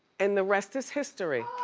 and the rest is history.